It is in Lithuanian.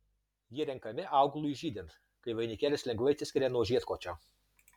jie renkami augalui žydint kai vainikėlis lengvai atsiskiria nuo žiedkočio